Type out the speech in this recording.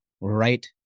right